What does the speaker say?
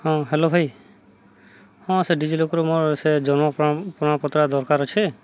ହଁ ହ୍ୟାଲୋ ଭାଇ ହଁ ସେ ଡିଜିଲକର ମୋର ସେ ଜନ୍ମ ପ୍ରମାଣପତ୍ର ଦରକାର ଅଛେ